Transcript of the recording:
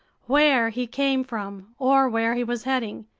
where he came from or where he was heading,